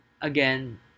again